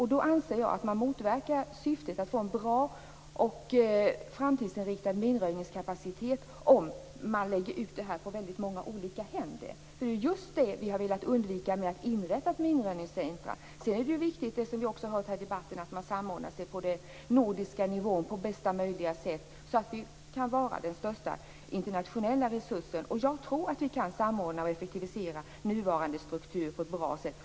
Jag anser att man motverkar syftet att få en bra och framtidsinriktad minröjningskapacitet om man lägger ut detta på väldigt många olika händer. Det är ju just det vi har velat undvika genom att inrätta ett minröjningscentrum. Sedan är det viktigt, och det har vi hört här i debatten också, att vi samordnar oss på den nordiska nivån på bästa möjliga sätt, så att vi kan vara den största internationella resursen. Jag tror att vi kan samordna och effektivisera nuvarande struktur på ett bra sätt.